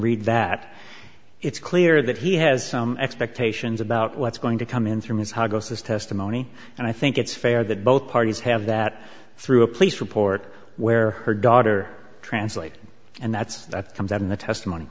read that it's clear that he has some expectations about what's going to come in from his how goes this testimony and i think it's fair that both parties have that through a police report where her daughter translate and that's that comes out in the testimony